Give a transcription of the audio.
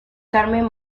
carmen